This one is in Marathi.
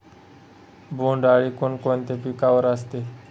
बोंडअळी कोणकोणत्या पिकावर असते?